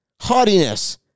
haughtiness